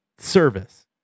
service